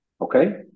Okay